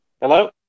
Hello